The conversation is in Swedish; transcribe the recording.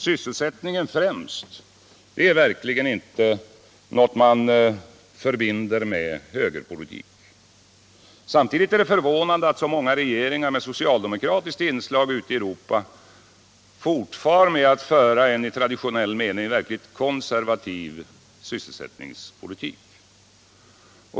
”Sysselsättningen främst” är verkligen inte något som man förbinder med högerpolitik. Samtidigt är det förvånande att så många regeringar med socialdemokratiskt inslag ute i Europa fortsätter att föra en i traditionell mening verkligt konservativ sysselsättningspolitik.